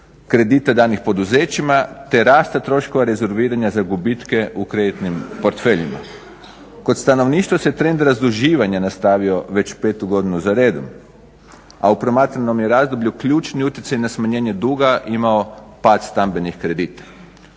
kredita danih poduzećima te rasta troškova rezerviranja za gubitke u kreditnim portfeljima. Kod stanovništva se trend zaduživanja nastavio već petu godinu za redom. A u promatranom je razdoblju ključni utjecaj na smanjenje duga imao pad stambenih kredita.